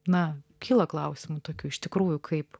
na kyla klausimų tokių iš tikrųjų kaip